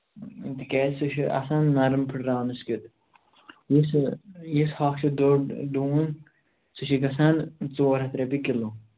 تِکیٛازِ سُہ چھُ آسان نَرم پھُٹراونَس کٮُ۪تھ یُس یہِ یُس ہۄکھ چھُ دوٚڈ ڈوٗن سُہ چھُ گژھان ژور ہَتھ رۄپیہِ کِلوٗ